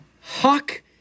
Hawk